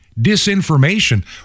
disinformation